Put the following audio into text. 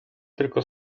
tylko